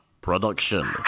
production